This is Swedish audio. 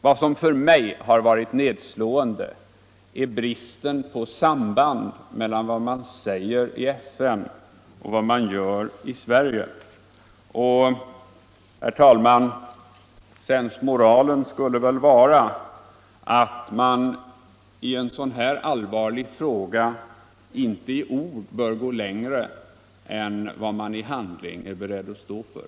Vad som för mig har varit nedslående är bristen på samband mellan vad man från svensk sida säger i FN och vad man gör i Sverige. Och, herr talman, sensmoralen skulle väl vara att man i en så här allvarlig fråga inte i ord bör gå längre än man i handling är beredd att stå för.